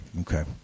Okay